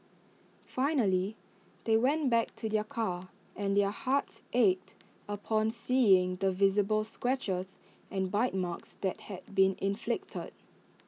finally they went back to their car and their hearts ached upon seeing the visible scratches and bite marks that had been inflicted